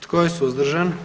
Tko je suzdržan?